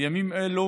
בימים אלה